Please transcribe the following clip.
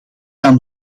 dan